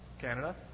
Canada